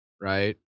right